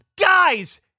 guys